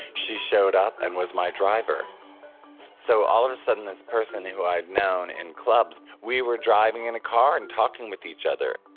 she showed up and was my driver so all of a sudden this person that i had known in clubs we were driving in a car and talking with each other.